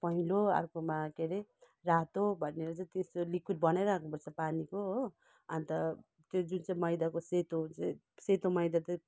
पहेँलो अर्कोमा के रे रातो भनेर चाहिँ त्यस्तो लिक्विड बनाई राख्नु पर्छ पानीको हो अन्त त्यो जुन चाहिँ मैदाको सेतो हुन्छ सेतो मैदा चाहिँ